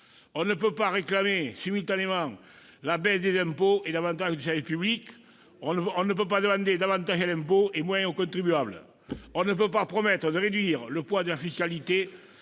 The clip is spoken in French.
On ne peut pas réclamer simultanément la baisse des impôts et davantage de services publics ! Très bien ! On ne peut pas demander davantage à l'impôt et moins au contribuable. On ne peut pas promettre de réduire le poids de la fiscalité